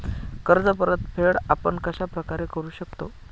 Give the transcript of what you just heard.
कर्ज परतफेड आपण कश्या प्रकारे करु शकतो?